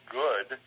good